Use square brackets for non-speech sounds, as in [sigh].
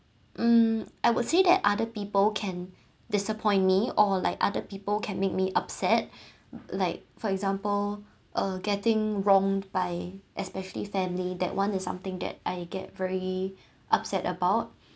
um I would say that other people can disappoint me or like other people can make me upset [breath] like for example uh getting wrong by especially family that one is something that I get very upset about